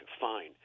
fine